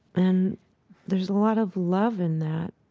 and there's a lot of love in that,